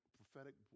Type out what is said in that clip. prophetic